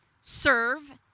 serve